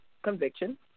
conviction